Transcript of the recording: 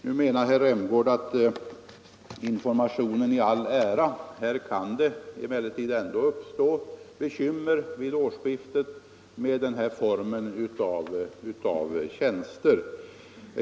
Nu menar herr Rämgård att informationen i all ära — det kan ändå uppstå bekymmer vid årsskiftet med den här formen av färdtjänst.